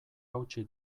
hautsi